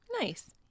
nice